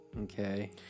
Okay